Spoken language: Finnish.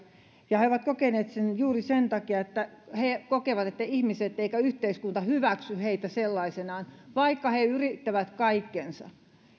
ja he ovat kokeneet niin juuri sen takia että he kokevat etteivät ihmiset eikä yhteiskunta hyväksy heitä sellaisenaan vaikka he yrittävät kaikkensa